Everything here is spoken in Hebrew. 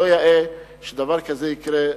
לא יאה שדבר כזה יקרה.